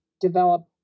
develop